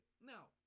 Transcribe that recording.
Now